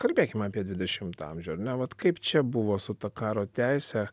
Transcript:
kalbėkim apie dvidešimtą amžių ar ne vat kaip čia buvo su ta karo teise